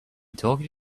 talking